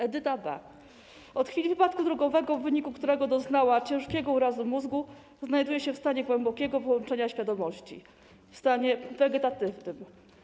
Edyta B. Od chwili wypadku drogowego, w wyniku którego doznała ciężkiego urazu mózgu, znajduje się w stanie głębokiego wyłączenia świadomości, w stanie wegetatywnym.